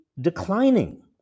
declining